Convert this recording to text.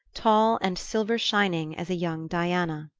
tall and silver-shining as a young diana.